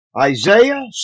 Isaiah